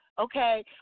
Okay